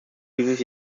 dieses